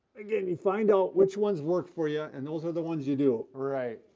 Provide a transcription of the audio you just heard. again, you find out which ones work for you, and those are the ones you do. right,